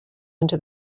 into